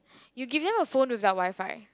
you give them a phone without WiFi